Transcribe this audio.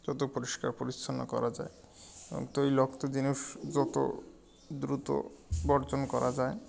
যত পরিষ্কার পরিচ্ছন্ন করা যায় এবং তৈলাক্ত জিনিস যত দ্রুত বর্জন করা যায়